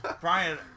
Brian